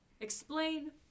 Explain